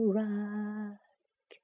rock